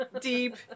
deep